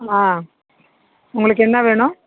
ஆ உங்களுக்கு என்ன வேணும்